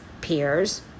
peers